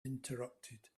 interrupted